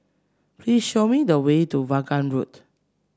please show me the way to Vaughan Road